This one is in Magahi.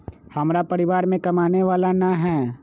हमरा परिवार में कमाने वाला ना है?